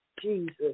Jesus